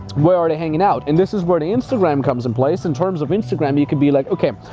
where are they hanging out? and this is where the instagram comes in place in terms of instagram, you can be like, okay,